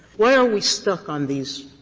why are we stuck on these